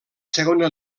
segona